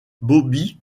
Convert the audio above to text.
bobby